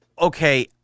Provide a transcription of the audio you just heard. okay